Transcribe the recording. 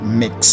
mix